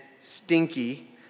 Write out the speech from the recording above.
stinky